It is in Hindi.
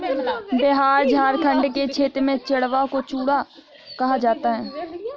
बिहार झारखंड के क्षेत्र में चिड़वा को चूड़ा कहा जाता है